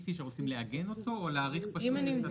ספציפי שרוצים לעגן אותו או להאריך בשוטף את התקופה?